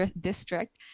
district